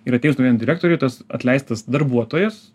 ir atėjus naujam direktoriui tas atleistas darbuotojas